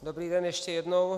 Dobrý den ještě jednou.